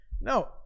No